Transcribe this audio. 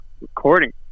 recording